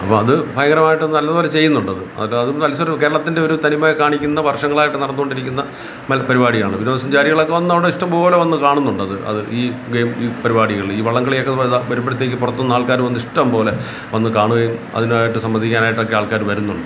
അപ്പോള് അത് ഭയങ്കരമായിട്ട് നല്ലതുപോലെ ചെയ്യുന്നുണ്ടത് അന്നിട്ടത് മത്സരമാണ് കേരളത്തിന്റെ ഒരു തനിമയെ കാണിക്കുന്ന വർഷങ്ങളായിട്ട് നടന്നുകൊണ്ടിരിക്കുന്ന മൽ പരിപാടിയാണ് വിനോദസഞ്ചാരികളൊക്കെ വന്നവിടെ ഇഷ്ടംപോലെ വന്ന് കാണുന്നുണ്ടത് അത് ഈ ഗെയിം ഈ പരിപാടികള് ഈ വള്ളംകളിയൊക്കെ വല്താ വരുമ്പോഴത്തേക്കും പുറത്തുനിന്നാൾക്കാര് വന്ന് ഇഷ്ഠംപോലെ വന്ന് കാണുകയും അതിനായിട്ട് സംബന്ധിക്കാനായിട്ടൊക്കെ ആൾക്കാര് വരുന്നുണ്ട്